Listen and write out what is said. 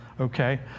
Okay